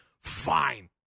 fine